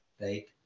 Right